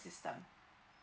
system